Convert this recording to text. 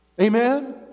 amen